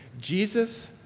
Jesus